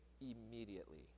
immediately